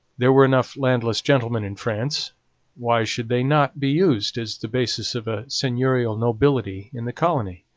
there were enough landless gentlemen in france why should they not be used as the basis of a seigneurial nobility in the colony?